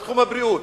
בתחום הבריאות?